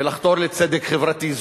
ולחתור לצדק חברתי.